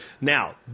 Now